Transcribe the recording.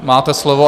Máte slovo.